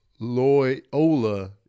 Loyola